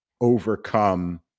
overcome